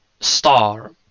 star